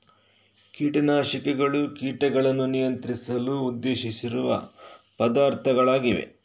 ಕೀಟ ನಾಶಕಗಳು ಕೀಟಗಳನ್ನು ನಿಯಂತ್ರಿಸಲು ಉದ್ದೇಶಿಸಿರುವ ಪದಾರ್ಥಗಳಾಗಿವೆ